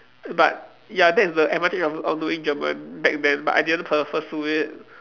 but ya that's the advantage of of doing German back then but I didn't clear pursue it